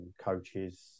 coaches